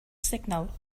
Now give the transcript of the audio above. signal